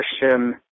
Christian